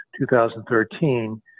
2013